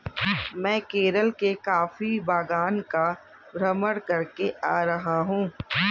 मैं केरल के कॉफी बागान का भ्रमण करके आ रहा हूं